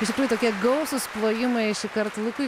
iš tikrųjų tokie gausūs plojimai šįkart lukui